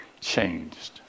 changed